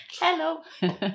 Hello